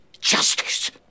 justice